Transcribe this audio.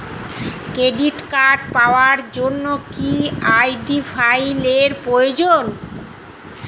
Credit card পাওয়ার জন্য কি আই.ডি ফাইল এর প্রয়োজন?